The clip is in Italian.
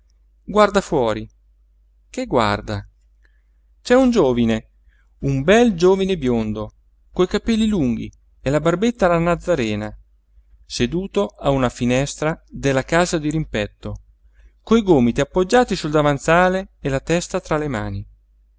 guarda fuori che guarda c'è un giovine un bel giovine biondo coi capelli lunghi e la barbetta alla nazarena seduto a una finestra della casa dirimpetto coi gomiti appoggiati sul davanzale e la testa tra le mani